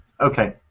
Okay